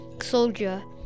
soldier